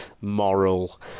moral